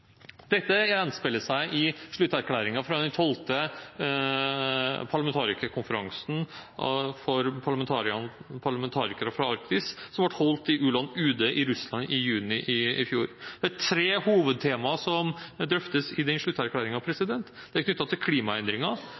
Dette gjenspeiler seg i slutterklæringen fra den 12. parlamentarikerkonferansen for parlamentarikere fra Arktis, som ble holdt i Ulan-Ude i Russland i juni i fjor. Det er tre hovedtemaer som drøftes i den slutterklæringen. Det er knyttet til klimaendringer,